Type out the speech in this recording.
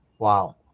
Wow